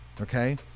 Okay